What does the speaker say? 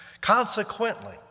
Consequently